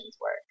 work